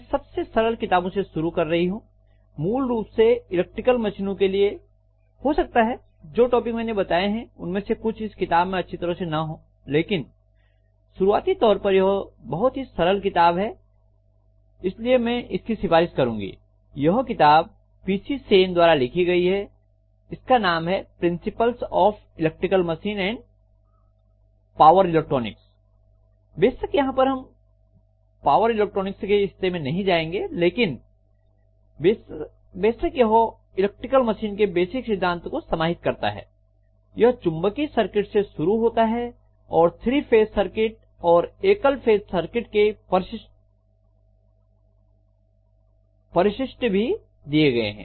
मैं सबसे सरल किताबों से शुरू कर रही हूं मूल रूप से इलेक्ट्रिकल मशीनों के लिए हो सकता है जो टॉपिक मैंने बताए हैं उनमें से कुछ इस किताब में अच्छी तरह से ना हो लेकिन शुरुआती तौर पर यह बहुत ही सरल किताब है इसलिए मैं इसकी सिफारिश करूंगी यह किताब P C Sen PC Sen द्वारा लिखी गई है इसका नाम है "principles of electrical machine and power electronics" बेशक यहां पर हम पावर इलेक्ट्रॉनिक्स के हिस्से में नहीं जाएंगे लेकिन बेशक यह इलेक्ट्रिकल मशीन के बेसिक सिद्धांत को समाहित करता है यह चुंबकीय सर्किट से शुरू होता है और थ्री फेज सर्किट और एकल फेज सर्किट के परिशिष्ट भी दिए गए हैं